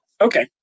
Okay